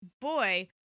Boy